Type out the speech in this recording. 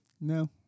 No